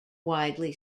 widely